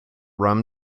rum